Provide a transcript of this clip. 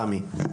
סמי?